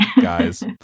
guys